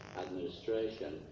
administration